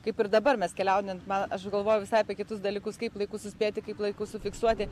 kaip ir dabar mes keliaujant man aš galvojau visai apie kitus dalykus kaip laiku suspėti kaip laiku sufiksuoti